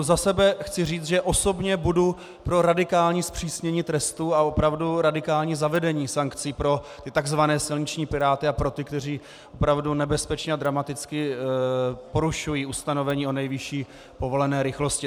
Za sebe chci říct, že osobně budu pro radikální zpřísnění trestu a opravdu radikální zavedení sankcí pro tzv. silniční piráty a pro ty, kteří opravdu nebezpečně a dramaticky porušují ustanovení o nejvyšší povolené rychlosti.